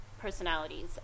personalities